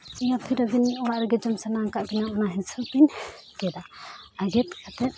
ᱭᱟ ᱯᱷᱤᱨ ᱟᱹᱵᱤᱱ ᱚᱲᱟᱜ ᱨᱮᱜᱮ ᱡᱚᱢ ᱥᱟᱱᱟ ᱟᱠᱟᱫ ᱵᱮᱱᱟ ᱚᱱᱟ ᱦᱤᱥᱟᱹᱵᱽ ᱵᱤᱱ ᱜᱮᱫᱟ ᱟᱨ ᱜᱮᱫ ᱠᱟᱛᱮᱫ